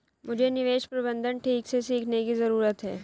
मुझे निवेश प्रबंधन ठीक से सीखने की जरूरत है